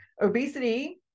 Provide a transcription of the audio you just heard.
obesity